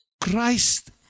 christ